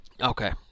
Okay